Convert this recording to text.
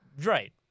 Right